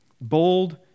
bold